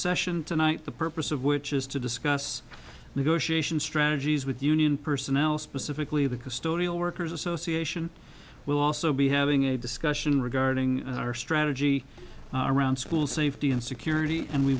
session tonight the purpose of which is to discuss negotiation strategies with the union personnel specifically the custodial workers association will also be having a discussion regarding our strategy around school safety and security and we